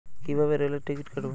কিভাবে রেলের টিকিট কাটব?